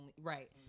Right